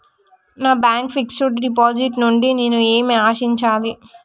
నా bank fixed deposit నుండి నేను ఏమి ఆశించాలి?